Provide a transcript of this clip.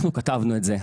אנחנו כתבנו את זה.